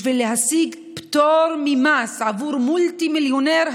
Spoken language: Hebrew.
בשביל להשיג פטור ממס עבור מולטי-מיליונר,